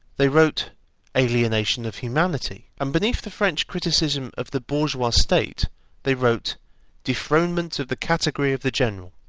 they wrote alienation of humanity, and beneath the french criticism of the bourgeois state they wrote dethronement of the category of the general,